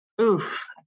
oof